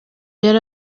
yari